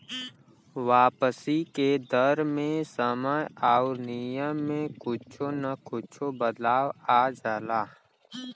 वापसी के दर मे समय आउर नियम में कुच्छो न कुच्छो बदलाव आ जाला